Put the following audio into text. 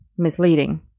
misleading